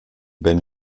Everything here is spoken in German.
ben